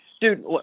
Dude